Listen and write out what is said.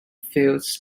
fields